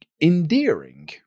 endearing